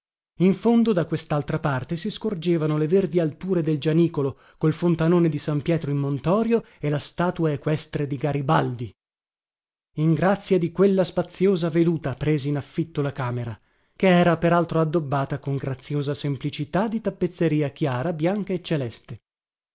in fondo da questaltra parte si scorgevano le verdi alture del gianicolo col fontanone di san pietro in montorio e la statua equestre di garibaldi in grazia di quella spaziosa veduta presi in affitto la camera che era per altro addobbata con graziosa semplicità di tappezzeria chiara bianca e celeste